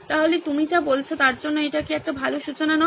তাহলে তুমি যা বলছো তার জন্য এটি কি একটি ভাল সূচনা নয়